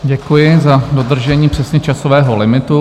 Děkuji za dodržení přesně časového limitu.